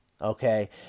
okay